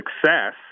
success